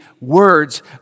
words